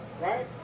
right